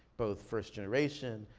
both first-generation,